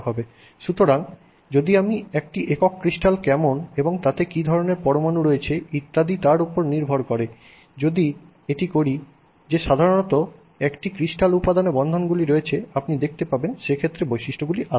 সুতরাং যদি আমি একক ক্রিস্টাল কেমন এবং তাতে কি ধরণের পরমাণু রয়েছে ইত্যাদি তার উপর নির্ভর করে যদি এটি করি যে সাধারণত একটি ক্রিস্টাল উপাদানে বন্ধনগুলি রয়েছে আপনি দেখতে পাবেন সেক্ষেত্রে বৈশিষ্ট্যগুলি আলাদা